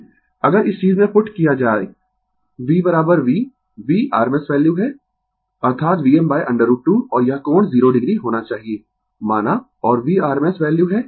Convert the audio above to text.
अगर इस चीज में पुट किया जाए V VV rms वैल्यू है अर्थात Vm√ 2 और यह कोण 0 o होना चाहिए माना और V rms वैल्यू है